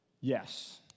Yes